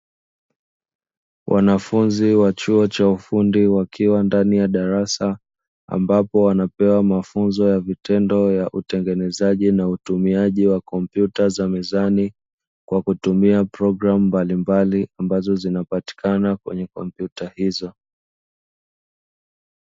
Wanafunzi wa chuo cha ufundi wakiwa ndani ya darasa ambapo wanapewa mafunzo ya vitendo ya utengenezaji na utumiaji wa kompyuta za mezani, kwa kutumia programu mbalimbali ambazo zinapatikana kwenye kompyuta hizo.